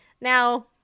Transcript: Now